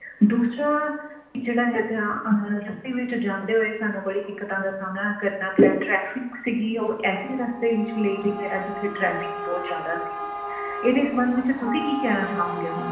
ਦੂਸਰਾ ਜਿਹੜਾ ਹੈਗਾ ਰਸਤੇ ਵਿੱਚ ਜਾਂਦੇ ਹੋਏ ਸਾਨੂੰ ਬੜੀ ਦਿੱਕਤਾਂ ਦਾ ਸਾਹਮਣਾ ਕਰਨਾ ਪਿਆ ਟ੍ਰੈਫਿਕ ਸੀ ਉਹ ਐਸੇ ਰਸਤੇ ਵਿੱਚ ਲੈ ਕੇ ਗਿਆ ਜਿੱਥੇ ਟ੍ਰੈਫਿਕ ਬਹੁਤ ਜ਼ਿਆਦਾ ਸੀ ਇਹਦੇ ਸੰਬੰਧ ਵਿੱਚ ਤੁਸੀਂ ਕੀ ਕਹਿਣਾ ਚਾਹੌਂਗੇ ਹੁਣ